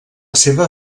seva